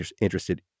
interested